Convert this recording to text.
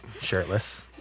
shirtless